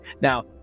Now